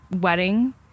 wedding